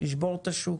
ולשבור את השוק.